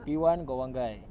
P one got one guy